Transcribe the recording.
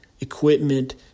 equipment